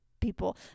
people